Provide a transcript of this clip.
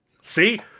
See